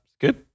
good